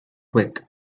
quick